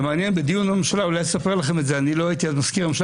אספר לכם שבדיון בממשלה לא הייתי אז מזכיר הממשלה